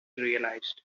realized